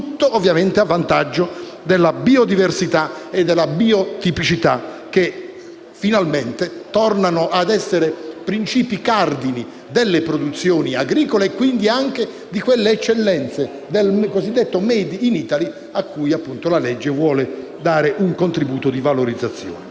tutto vantaggio della biodiversità e della biotipicità che finalmente tornano a essere principi cardine delle produzioni agricole e quindi anche di quelle eccellenze del cosiddetto *made in Italy* a cui il disegno di legge in esame vuole dare un contributo di valorizzazione.